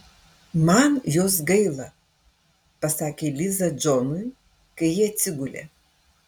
man jos gaila pasakė liza džonui kai jie atsigulė